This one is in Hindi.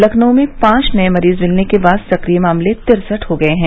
लखनऊ में पांच नए मरीज मिलने के बाद सक्रिय मामले तिरसठ हो गए हैं